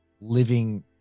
living